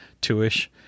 two-ish